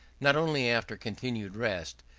not only after continued rest,